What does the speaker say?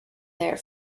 there